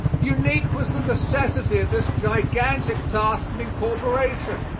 unique was the necessity of this gigantic task of incorporation,